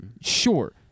Sure